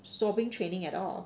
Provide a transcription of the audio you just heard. swabber training at all